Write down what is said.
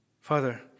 Father